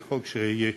זה חוק חי,